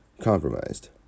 compromised